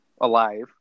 alive